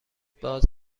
باز